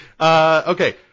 Okay